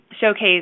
showcase